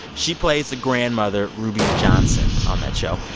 she plays the grandmother, ruby johnson, on that show.